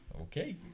Okay